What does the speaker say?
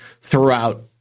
throughout